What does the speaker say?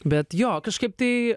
bet jo kažkaip tai